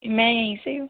मैं यही से हूँ